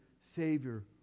Savior